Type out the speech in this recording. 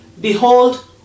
Behold